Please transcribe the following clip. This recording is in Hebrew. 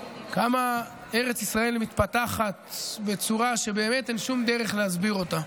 כמה ארץ ישראל מתפתחת בצורה שבאמת אין שום דרך להסביר אותה.